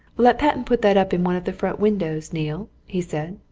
let patten put that up in one of the front windows, neale, he said.